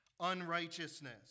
unrighteousness